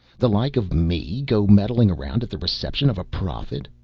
the like of me go meddling around at the reception of a prophet?